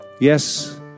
Yes